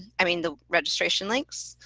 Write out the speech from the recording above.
i mean the registration links.